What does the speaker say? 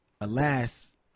Alas